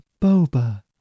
Boba